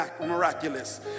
miraculous